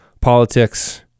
politics